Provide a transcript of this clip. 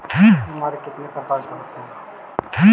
बीमारी कितने प्रकार के होते हैं?